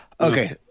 Okay